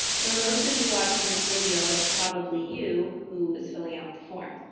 for most of you watching this video, that's probably you who is filling out the form.